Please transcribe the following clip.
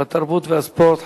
התרבות והספורט,